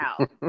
out